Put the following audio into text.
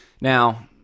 Now